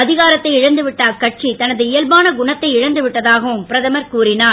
அதிகாரத்தை இழந்தவிட்ட அக்கட்சி தனது இயல்பான குணத்தை இழந்து விட்டதாகவும் பிரதமர் கூறினார்